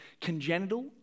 congenital